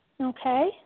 okay